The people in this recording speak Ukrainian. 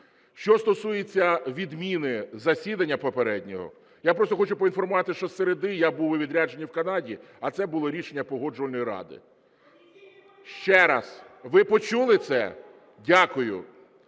Що стосується відміни засідання попереднього, я просто хочу поінформувати, що з середи я був у відрядженні в Канаді, а це було рішення Погоджувальної ради. Ще раз, ви почули це? Дякую.